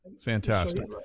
Fantastic